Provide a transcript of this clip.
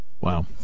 Wow